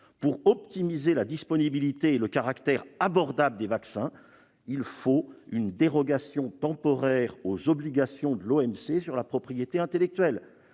Pour optimiser la disponibilité et le caractère abordable des vaccins, il faut une dérogation temporaire aux obligations prévues par l'OMC sur la propriété intellectuelle.